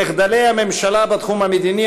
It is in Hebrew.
מחדלי הממשלה בתחום המדיני,